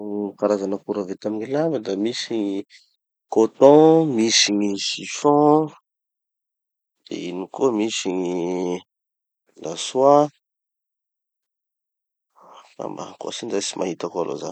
Gny karazan'akora vita amy gny lamba da misy: coton, misy gny chiffons, de ino koa, misy gny la soie. Angamba ankoatsin'izay tsy mahita koa aloha zaho.